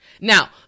Now